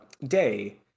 day